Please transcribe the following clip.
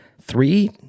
three